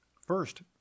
First